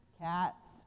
cats